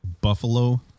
Buffalo